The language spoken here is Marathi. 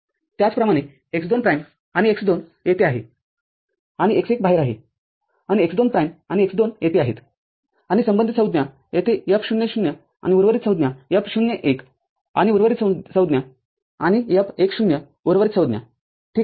त्याचप्रमाणे x२ प्राईमआणि x२ येथे आहे आणि x १ बाहेर आहे आणि x२ प्राईम आणि x२ येथे आहेतआणि संबंधीत संज्ञा येथे F० ० आणि उर्वरित संज्ञा F ० १ आणि उर्वरित संज्ञाआणि F १ ० उर्वरित संज्ञा ठीक आहे